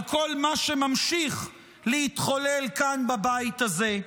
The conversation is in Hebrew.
על כל מה שממשיך להתחולל כאן בבית הזה.